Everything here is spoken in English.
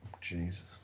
Jesus